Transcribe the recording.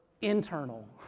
internal